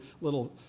little